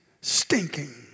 stinking